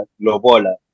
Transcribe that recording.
lobola